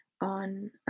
on